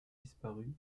disparu